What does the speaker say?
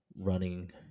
running